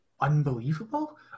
unbelievable